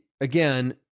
again